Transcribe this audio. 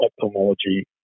ophthalmology